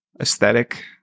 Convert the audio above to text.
aesthetic